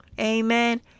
Amen